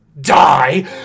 die